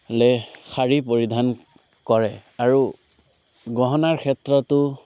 শাৰী পৰিধান কৰে আৰু গহনাৰ ক্ষেত্ৰতো